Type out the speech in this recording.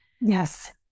Yes